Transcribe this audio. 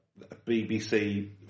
BBC